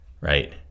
Right